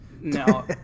No